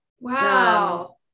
Wow